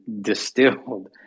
distilled